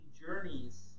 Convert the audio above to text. Journeys